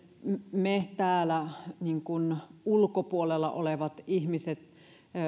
me täällä ikään kuin ulkopuolella olevat ihmiset